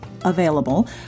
available